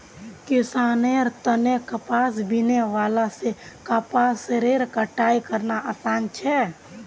किसानेर तने कपास बीनने वाला से कपासेर कटाई करना आसान छे